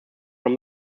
from